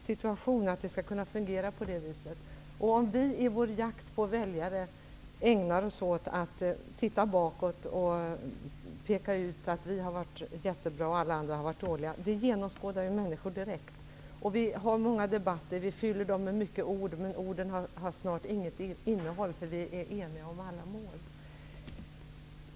Människor genomskådar oss direkt om vi i vår jakt på väljare ägnar oss åt att se bakåt och peka ut att vi varit jätteduktiga och alla andra dåliga. Vi för många debatter, som vi fyller med ord, men orden har snart inget innehåll, för vi är eniga om alla mål.